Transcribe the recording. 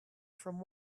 from